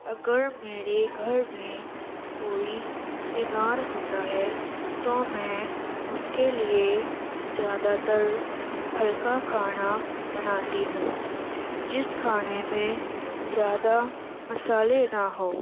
اگر میرے گھر میں کوئی بیمار ہوتا ہے تو میں اس کے لیے زیادہ تر ہلکا کھانا بناتی ہوں جس کھانے میں زیادہ مسالے نہ ہوں